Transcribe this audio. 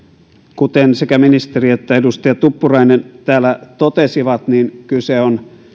kuten sekä ministeri että edustaja tuppurainen täällä totesivat kyse on